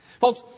Folks